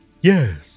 Yes